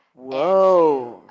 whoa.